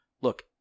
look